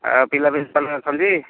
ଆଉ ପିଲା ପିଲି ସମସ୍ତେ ଅଛନ୍ତି